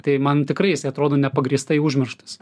tai man tikrai jisai atrodo nepagrįstai užmirštas